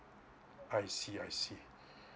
I see I see